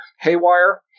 haywire